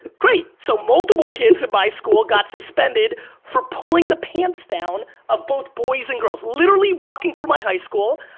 great. so multiple kids in my school got suspended for pulling the pants down of both boys and girls, literally walking through my high school,